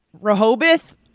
Rehoboth